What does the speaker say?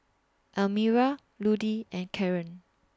Elmira Ludie and Caron